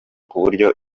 kuburyo